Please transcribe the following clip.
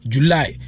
July